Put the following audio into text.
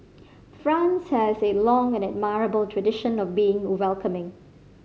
France has a long and admirable tradition of being welcoming